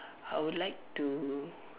I would like to